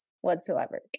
whatsoever